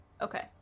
Okay